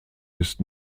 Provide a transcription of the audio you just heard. ist